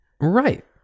Right